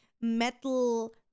metal